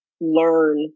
learn